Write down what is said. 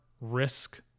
risk